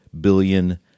billion